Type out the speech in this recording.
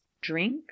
Drink